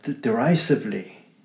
derisively